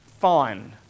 fine